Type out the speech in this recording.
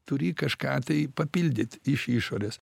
turi kažką tai papildyt iš išorės